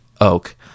oak